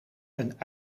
een